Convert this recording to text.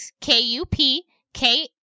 K-U-P-K